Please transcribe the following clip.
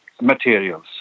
materials